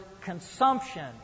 consumption